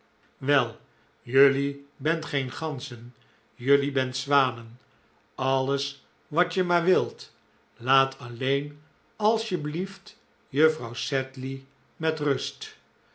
wel jelui bent geen ganzen jelui bent zwanen alles wat je maar wilt laat alleen alsjeblieft juffrouw sedley met rust